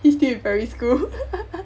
he's still in primary school